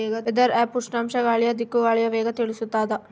weather app ಉಷ್ಣಾಂಶ ಗಾಳಿಯ ದಿಕ್ಕು ಗಾಳಿಯ ವೇಗ ತಿಳಿಸುತಾದ